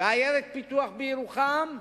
בעיירת פיתוח, בירוחם,